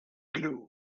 glue